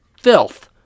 filth